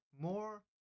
more